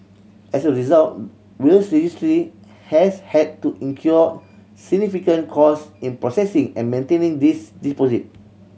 as a result Wills Registry has had to incur significant cost in processing and maintaining these deposit